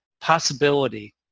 possibility